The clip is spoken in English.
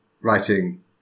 writing